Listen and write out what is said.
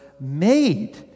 made